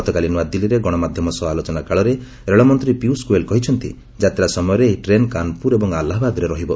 ଗତକାଲି ନୂଆଦିଲ୍ଲୀରେ ଗଣମାଧ୍ୟମ ସହ ଆଲୋଚନା କାଳରେ ରେଳମନ୍ତ୍ରୀ ପିୟୁଷ ଗୋୟଲ୍ କହିଛନ୍ତି ଯାତ୍ରା ସମୟରେ ଏହି ଟ୍ରେନ୍ କାନପୁର ଏବଂ ଆଲ୍ଲାହାବାଦରେ ରହିବ